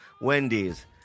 Wendy's